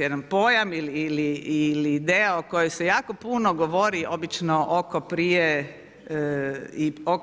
Jedan pojam ili ideja o kojoj se jako puno govori, obično oko